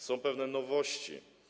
Są pewne nowości.